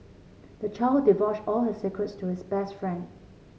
the child divulged all his secrets to his best friend